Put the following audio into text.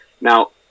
Now